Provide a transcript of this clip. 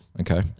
Okay